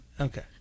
Okay